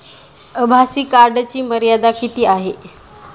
आभासी कार्डची मर्यादा किती आहे?